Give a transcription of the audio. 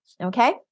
okay